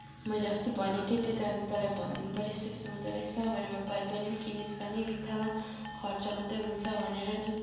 मैले अस्ति भनेको थिएँ त्यही त अनि तँलाई भनिदिनु पर्यो यस्तो यस्तो हुँदोरहेछ भरे वा तैँले पनि किनिस भने बित्थामा खर्च मात्रै हुन्छ भनेर